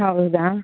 ಹೌದಾ